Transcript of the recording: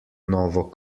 novo